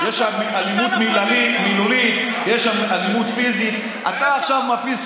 יש אלימות מילולית, אתה לה פמיליה.